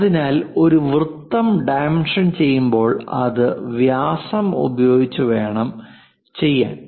അതിനാൽ ഒരു വൃത്തം ഡൈമെൻഷൻ ചെയ്യുമ്പോൾ അത് വ്യാസം ഉപയോഗിച്ച് വേണം ചെയ്യാൻ